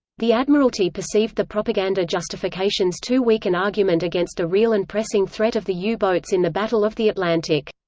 the admiralty perceived the propaganda justifications too weak an argument against the real and pressing threat of the yeah u-boats in the battle of the atlantic.